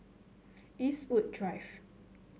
Eastwood Drive